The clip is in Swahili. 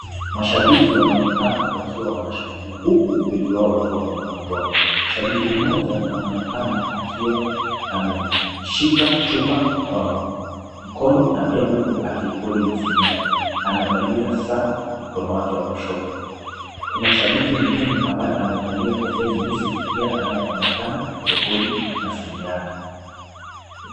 Mashabiki wanaonekana wakiwa wanashangilia huku wengi wao wakiwa wameinua mikono. Shabiki mmoja anaonekana akiwa ameshika chupa kwa mkono na pia huku akirekodi na simu yake. Amevalia saa kwa mkono wake wa kushoto. Kuna shabiki mwingine amevalia kofia nyeusi pia anayeonekana akirekodi na simu yake.